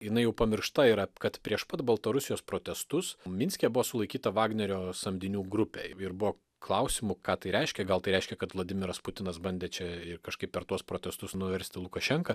jinai jau pamiršta yra kad prieš pat baltarusijos protestus minske buvo sulaikyta vagnerio samdinių grupė ir buvo klausimų ką tai reiškia gal tai reiškia kad vladimiras putinas bandė čia kažkaip per tuos protestus nuversti lukašenką